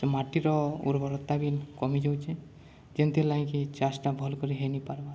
ସେ ମାଟିର ଉର୍ବରତା ବି କମି ଯାଉଛେ ଯେନ୍ଥିର୍ ଲାଗି କି ଚାଷଟା ଭଲ୍ କରି ହେଇନି ପାର୍ବା